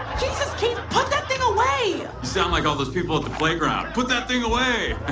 put that thing away! you sound like all the people at the playground, put that thing away!